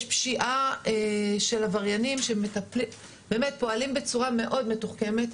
יש פשיעה של עבריינים שבאמת פועלים בצורה מאוד מתוחכמת.